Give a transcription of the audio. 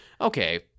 okay